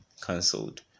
cancelled